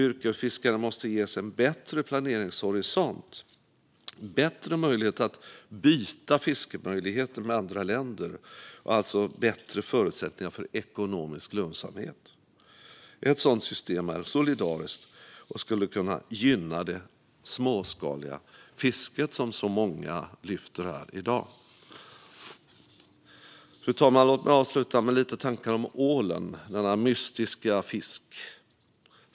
Yrkesfiskare måste ges en bättre planeringshorisont, bättre möjligheter att byta fiskemöjligheter med andra länder och alltså bättre förutsättningar för ekonomisk lönsamhet. Ett sådant system vore solidariskt och skulle gynna det småskaliga fisket, som så många lyfter här i dag. Fru talman! Låt mig avsluta med lite tankar om ålen, denna mystiska fisk.